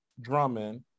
Drummond